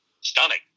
stunning